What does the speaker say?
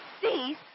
cease